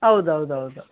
ಹೌದ್ ಹೌದ್ ಔದು